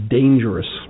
dangerous